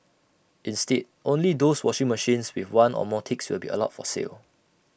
instead only those washing machines with one or more ticks will be allowed for sale